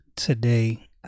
Today